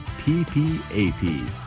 ppap